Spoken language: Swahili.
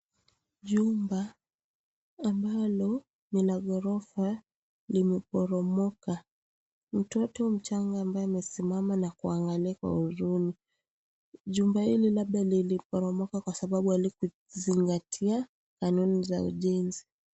Jumba ambalo ni la ghorofa limeporomoka, mtoto mchanga ambaye amesimama na kuangalia kwa huzuni, jumba hili labda liliporomoka kwa sababu halikuzingatia kanuni za ujenzi.